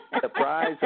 surprise